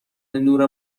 نور